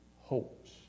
hopes